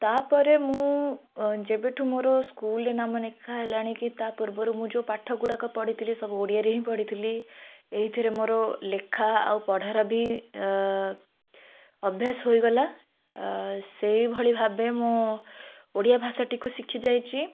ତା'ପରେ ମୁଁ ଅ ଯେବେଠୁଁ ମୋର ସ୍କୁଲ୍ରେ ନାମ ନେଖା ହେଲାଣି କି ତା' ପୂର୍ବରୁ ମୁଁ ଯେଉଁ ପାଠଗୁଡ଼ାକ ପଢ଼ିଥିଲି ସବୁ ଓଡ଼ିଆରେ ହିଁ ପଢ଼ିଥିଲି ଏଇଥିରେ ମୋର ଲେଖା ଆଉ ପଢ଼ାର ବି ଅଭ୍ୟାସ ହୋଇଗଲା ସେହିଭଳି ଭାବେ ମୁଁ ଓଡ଼ିଆ ଭାଷାଟିକୁ ଶିଖିଯାଇଛି